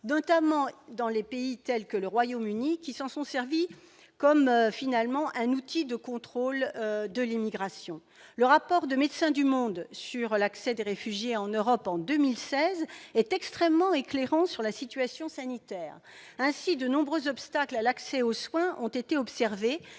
notamment dans les pays tels que le Royaume-Uni, qui s'en sont servis comme finalement un outil de contrôle de l'immigration, le rapport de Médecins du Monde sur l'accès des réfugiés en Europe en 2016 est extrêmement éclairant sur la situation sanitaire ainsi de nombreux obstacles à l'accès aux soins ont été observés